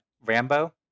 Rambo